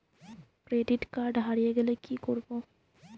Credit card হারিয়ে গেলে কি করব?